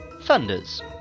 Thunders